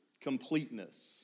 completeness